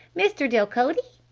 mr. delcote?